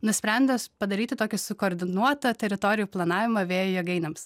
nusprendės padaryti tokią sukoordinuotą teritorijų planavimą vėjo jėgainėms